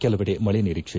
ಕೆಲವೆಡೆ ಮಳೆ ನಿರೀಕ್ಷೆ